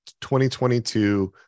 2022